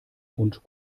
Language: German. und